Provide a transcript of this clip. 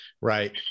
Right